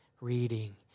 reading